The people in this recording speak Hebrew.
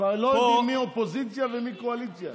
כבר לא יודעים מי אופוזיציה ומי קואליציה.